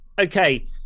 okay